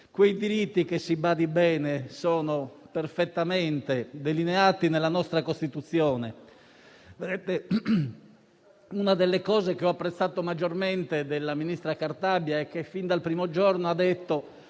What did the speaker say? quei diritti che - si badi bene - sono perfettamente delineati nella nostra Costituzione. Una delle cose che ho apprezzato maggiormente della ministra Cartabia è che fin dal primo giorno ha detto